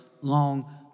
long